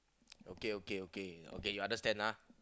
okay okay okay okay you understand ah